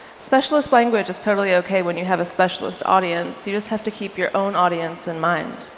specialist language is totally ok when you have a specialist audience. you just have to keep your own audience in mind.